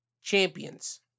champions